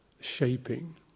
shaping